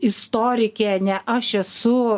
istorikė ne aš esu